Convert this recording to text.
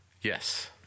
Yes